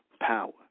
power